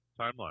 timeline